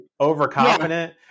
overconfident